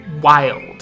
wild